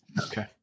Okay